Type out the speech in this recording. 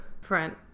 front